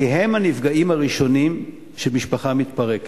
כי הילדים הנפגעים הראשונים כאשר משפחה מתפרקת.